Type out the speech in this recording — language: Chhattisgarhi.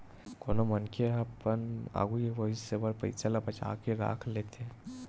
कोनो मनखे ह अपन आघू के भविस्य बर पइसा ल बचा के राख लेथे